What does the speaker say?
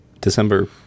December